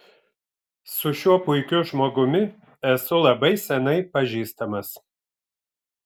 su šiuo puikiu žmogumi esu labai seniai pažįstamas